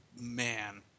Man